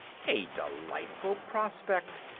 a delightful prospect,